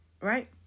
right